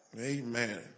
amen